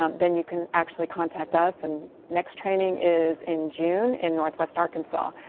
um then you can actually contact us and next training is in june in northwest arkansas.